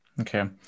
okay